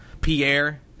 Pierre